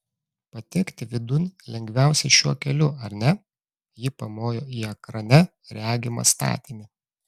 patekti vidun lengviausia šiuo keliu ar ne ji pamojo į ekrane regimą statinį